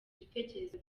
ibitekerezo